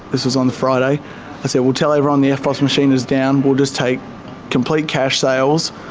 this was on the friday, i said we'll tell everyone the eftpos machine is down, we'll just take complete cash sales,